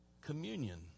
communion